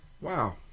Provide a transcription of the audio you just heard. Wow